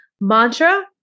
mantra